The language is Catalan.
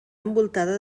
envoltada